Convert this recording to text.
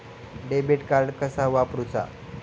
Debit card कसा वापरुचा?